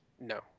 No